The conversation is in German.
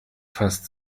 fast